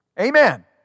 Amen